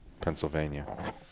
Pennsylvania